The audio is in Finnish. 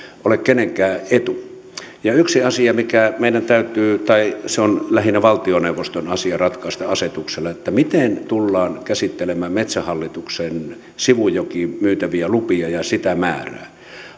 ole kenenkään etu yksi asia mikä meidän täytyy ratkaista tai mikä on lähinnä valtioneuvoston asia ratkaista asetuksella miten tullaan käsittelemään metsähallituksen sivujokiin myytäviä lupia ja sitä määrää